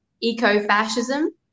eco-fascism